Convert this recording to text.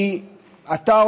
כי אתה,